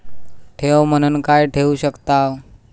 ठेव म्हणून काय ठेवू शकताव?